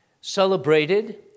Celebrated